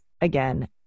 again